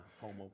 home